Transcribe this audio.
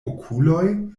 okuloj